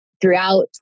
throughout